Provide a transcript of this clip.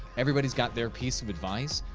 everybody's got their piece of advice.